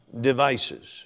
devices